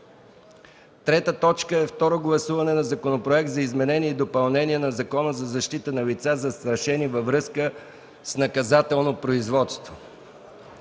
кодекс. 3. Второ гласуване на Законопроект за изменение и допълнение на Закона за защита на лица, застрашени във връзка с наказателно производство.